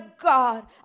God